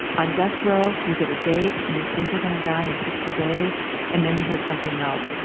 on death row, you get a date and you think you're gonna die in sixty days and then you hear something else.